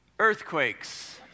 Earthquakes